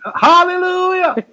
hallelujah